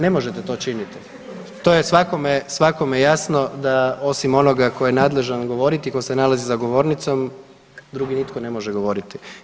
Ne možete to činiti to je svakome jasno da osim onoga ko je nadležan govoriti tko se nalazi za govornicom, drugi nitko ne može govoriti.